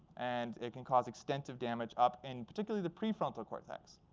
and it can cause extensive damage up in particularly the prefrontal cortex.